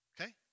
Okay